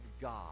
God